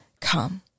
come